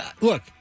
look